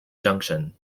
junction